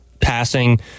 passing